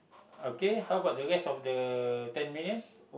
okay how about the rest of the ten million